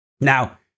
Now